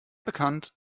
bekannt